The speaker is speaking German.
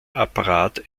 apparat